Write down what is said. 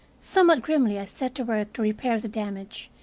somewhat grimly i set to work to repair the damage,